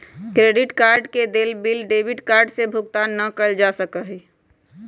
credit card के देय bill debit card से भुगतान ना कइल जा सका हई